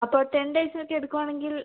അപ്പം ten days ഒക്കെ എടുക്കുവാണെങ്കിൽ